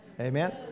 Amen